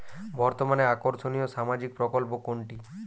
বর্তমানে আকর্ষনিয় সামাজিক প্রকল্প কোনটি?